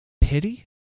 pity